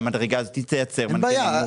המדרגה הזאת תייצר מנגנון מורכב.